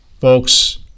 folks